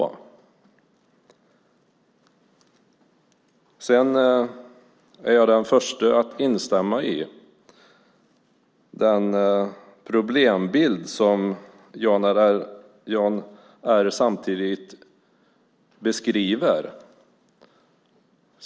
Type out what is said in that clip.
Jag är den första att instämma i den problembild som Jan R Andersson samtidigt beskriver.